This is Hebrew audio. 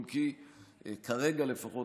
אם כי כרגע לפחות,